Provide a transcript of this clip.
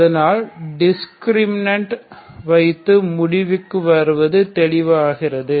அதனால் டிஸ்கிரிமினன்ட் வைத்து முடிவுக்கு வருவது தெளிவாகிறது